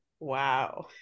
wow